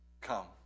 come